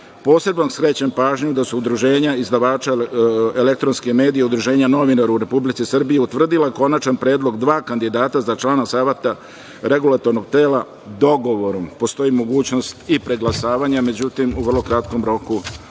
REM.Posebno skrećem pažnju da su udruženja izdavača elektronskih medija, udruženja novinara u Republici Srbiji utvrdila konačan predlog dva kandidata za člana Saveta REM dogovorom. Postoji mogućnost i preglasavanjem, međutim u vrlo kratkom roku